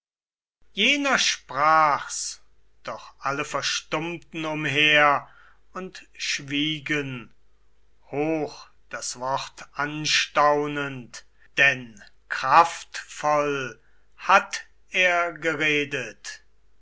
jener sprach's doch alle verstummten umher und schwiegen hoch das wort anstaunend denn kraftvoll hatt er geredet